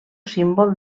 símbol